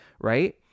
right